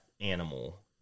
animal